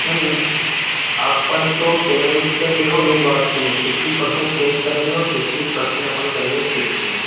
अपन तो पेमेंट देखो मेरी बात सुनो फिफ्टी परसेंट कैश करेंगे और फिफ्टी परसेंट अपन करेंगे चेक से